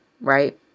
right